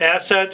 assets